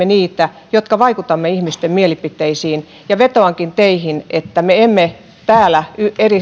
niitä jotka vaikutamme ihmisten mielipiteisiin vetoankin teihin että me emme täällä